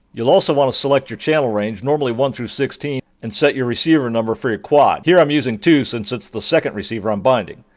you'll also want to select your channel range, normally one through sixteen, and set your receiver number for your quad. here i'm using two since it's the second receiver i'm binding.